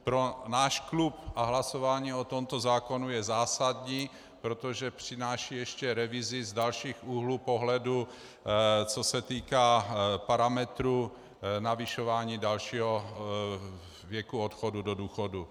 Pro náš klub hlasování o tomto zákonu je zásadní, protože přináší ještě revizi z dalších úhlů pohledu, co se týká parametru navyšování dalšího věku odchodu do důchodu.